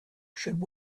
should